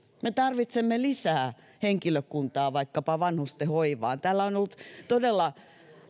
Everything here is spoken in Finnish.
me tarvitsemme lisää henkilökuntaa vaikkapa vanhusten hoivaan täällä on ollut todella